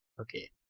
Okay